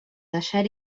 deixar